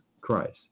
Christ